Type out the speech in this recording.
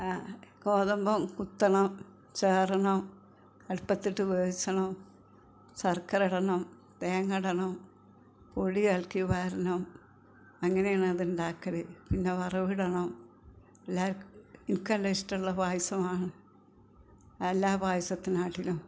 ഗോതമ്പ് കുത്തണം ചേറണം അടുപ്പത്തിട്ട് വേവിച്ചണം ശർക്കര ഇടണം തേങ്ങ ഇടണം പൊടി ഇളക്കി വാരണം അങ്ങനെയാണ് അത് ഉണ്ടാക്കൽ പിന്നെ വറവ് ഇടണം എല്ലാവർക്കും നല്ല ഇഷ്ടമുള്ള പായസമാണ് എല്ലാ പായസത്തിനെക്കാട്ടിലും